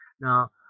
Now